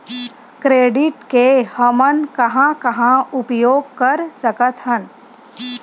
Credit के हमन कहां कहा उपयोग कर सकत हन?